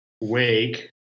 wake